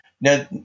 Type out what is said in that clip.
now